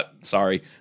sorry